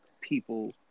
people